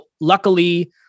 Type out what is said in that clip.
luckily